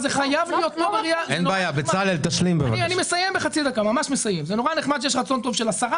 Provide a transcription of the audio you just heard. זה מאוד נחמד שיש רצון טוב של השרה,